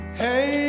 hey